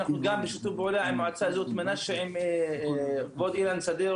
אנחנו גם בשיתוף פעולה עם מועצה אזורית מנשה עם כבוד אילן שדה,